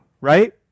right